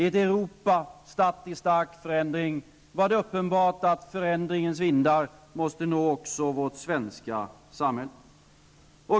I ett Europa statt i stark förändring var det uppenbart att förändringens vindar måste nå också vårt svenska samhälle.